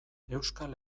euskal